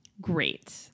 Great